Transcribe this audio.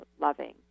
loving